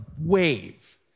wave